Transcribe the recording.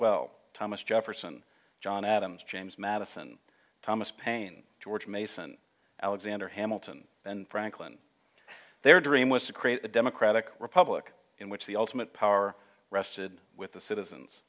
well thomas jefferson john adams james madison thomas payne george mason alexander hamilton and franklin their dream was to create a democratic republic in which the ultimate power rested with the citizens